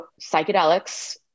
psychedelics